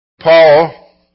Paul